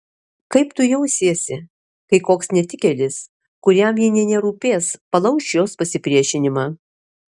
kaip tu jausiesi kai koks nors netikėlis kuriam ji nė nerūpės palauš jos pasipriešinimą